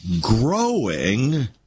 growing